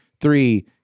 three